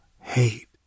hate